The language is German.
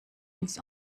uns